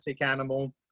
animal